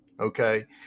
Okay